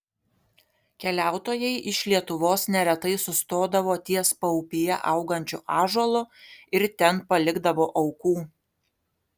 keliautojai iš lietuvos neretai sustodavo ties paupyje augančiu ąžuolu ir ten palikdavo aukų